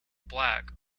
black